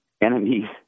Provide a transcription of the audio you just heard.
enemies